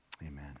Amen